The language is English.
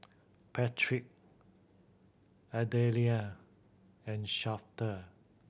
Patrick Adelaide and Shafter